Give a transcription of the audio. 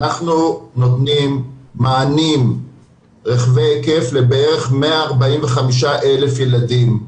אנחנו נותנים מענים רחבי היקף לבערך 145,000 ילדים.